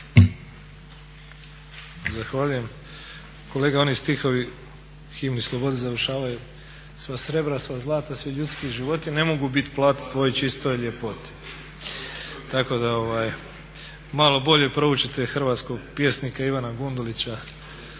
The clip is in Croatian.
Zahvaljujem. Kolega oni stihovi Himne slobode završavaju "Sva srebra, sva zlata, svi ljudski životi ne mogu biti plata tvoj čistoj ljepoti." Tako da malo bolje proučite hrvatskog pjesnika Ivana Gundulića